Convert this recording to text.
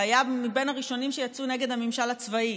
שהיה בין הראשונים שיצאו נגד הממשל הצבאי,